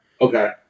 Okay